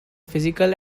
physical